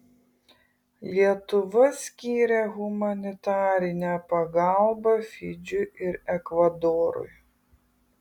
lietuva skyrė humanitarinę pagalbą fidžiui ir ekvadorui